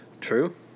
True